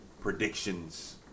predictions